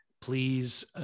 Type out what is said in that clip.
please